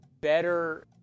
better